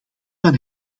van